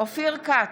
אופיר כץ,